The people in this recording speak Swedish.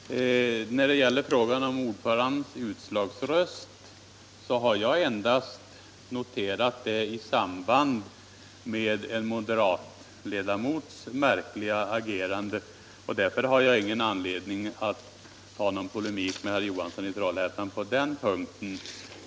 Herr talman! När det gäller frågan om ordförandens utslagsröst har jag endast noterat den i samband med en moderatledamots märkliga agerande. Därför har jag ingen anledning att ta upp någon polemik med herr Johansson i Trollhättan på den punkten.